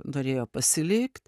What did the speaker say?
norėjo pasilikt